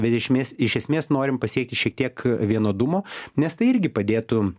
bedešmės iš esmės norim pasiekti šiek tiek vienodumo nes tai irgi padėtų